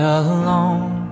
alone